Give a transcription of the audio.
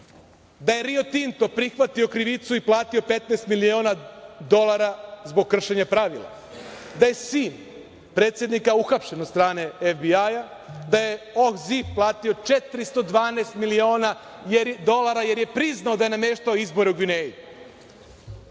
da je Rio Tinto prihvatio krivicu i platio 15 miliona dolara zbog kršenja pravila, da je sin predsednika uhpašen od strane FBI, da je Ol Zip, platio 412 miliona dolara, jer je priznao da je nameštao izbore u Gvineji. Znate